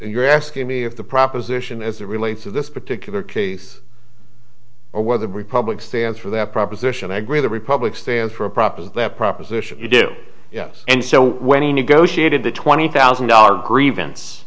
you're asking me if the proposition as it relates to this particular case or whether the republic stands for that proposition i agree the republic stands for a prop as that proposition you do yes and so when he negotiated the twenty thousand dollar grievance